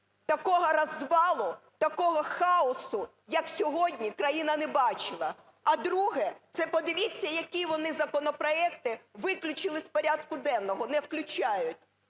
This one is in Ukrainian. такого розвалу, такого хаосу, як сьогодні, країна не бачила. А друге, це подивіться, які вони законопроекти виключили з порядку денного, не включають.